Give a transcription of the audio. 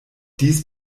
dies